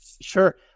Sure